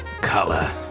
Color